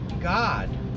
God